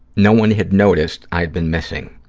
no one had noticed i had been missing.